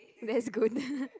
that's good